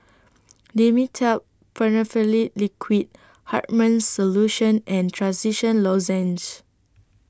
Dimetapp Phenylephrine Liquid Hartman's Solution and Trachisan Lozenges